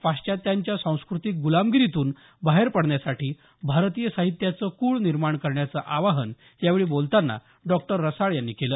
पाश्चात्यांच्या सांस्क्रतिक ग्लामगिरीतून बाहेर पडण्यासाठी भारतीय साहित्याचं कुळ निर्माण करण्याचं आवाहन यावेळी बोलतांना डॉक्टर रसाळ यांनी केलं